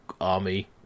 army